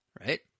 right